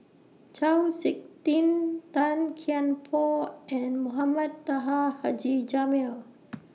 Chau Sik Ting Tan Kian Por and Mohamed Taha Haji Jamil